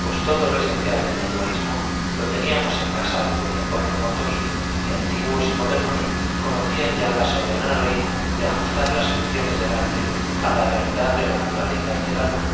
pues todo lo esencial del naturalismo lo teníamos en casa desde tiempos remotos y antiguos y modernos conocían ya la soberana ley de ajustar las ficciones del arte a la realidad de la naturaleza y del alma